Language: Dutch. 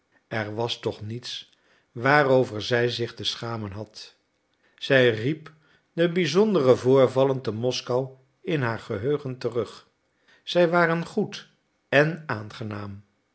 er was toch niets waarover zij zich te schamen had zij riep de bizondere voorvallen te moskou in haar geheugen terug zij waren goed en aangenaam